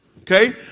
okay